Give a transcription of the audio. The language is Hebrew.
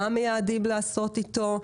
מה מייעדים לעשות אתו,